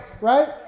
right